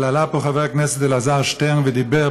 אבל עלה פה חבר הכנסת אלעזר שטרן ודיבר,